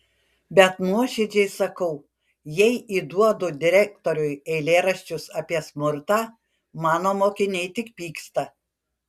bet nuoširdžiai sakau jei įduodu direktoriui eilėraščius apie smurtą mano mokiniai tik pyksta